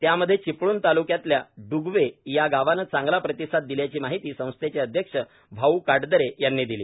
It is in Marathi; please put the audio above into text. त्यामध्ये चिपळूण ताल्क्यातल्या ड्गवे या गावानं चांगला प्रतिसाद दिल्याची माहिती संस्थेचे अध्यक्ष भाऊ काटदरे यांनी दिली